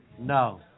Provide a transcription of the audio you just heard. No